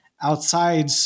outside